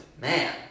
man